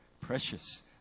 precious